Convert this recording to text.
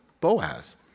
Boaz